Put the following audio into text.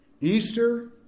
Easter